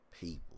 people